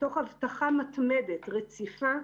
תוך הבטחה מתמדת, רציפה,